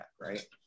right